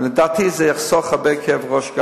לדעתי זה יחסוך הרבה כאב ראש.